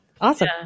Awesome